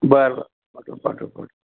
बरं बरं पाठव पाठव